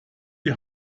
die